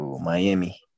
Miami